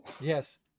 yes